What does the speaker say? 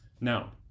Now